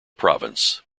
province